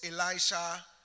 Elisha